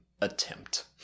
attempt